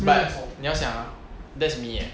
but 你要想啊 that's me eh